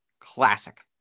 Classic